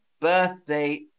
birthday